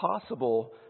possible